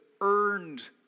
earned